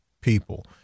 people